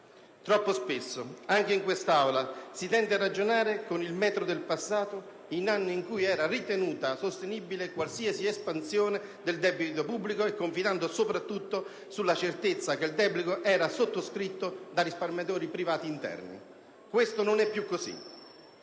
Troppo spesso, anche in questa Aula, si tende a ragionare con il metro del passato, in anni in cui era ritenuta sostenibile qualsiasi espansione del debito pubblico e confidando soprattutto sulla certezza che il debito era sottoscritto dai risparmiatori privati interni. Questo non è più così: